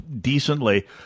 decently